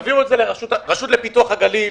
יעבירו את זה לרשות לפיתוח הגליל.